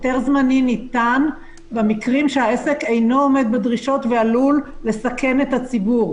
היתר זמני ניתן במקרים שהעסק אינו עומד בדרישות ועלול לסכן את הציבור.